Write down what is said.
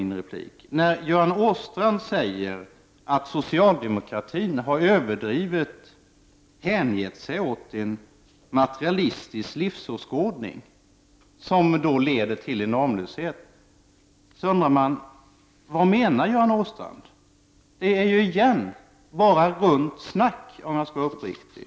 När Göran Åstrand säger att socialdemokratin har överdrivit och hängett sig åt en materialistisk livsåskådning som leder till normlöshet undrar jag: Vad menar Göran Åstrand? Det är åter bara rundsnack, om jag får vara uppriktig.